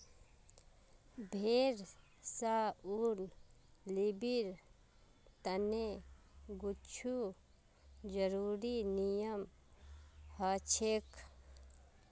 भेड़ स ऊन लीबिर तने कुछू ज़रुरी नियम हछेक